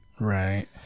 Right